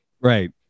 Right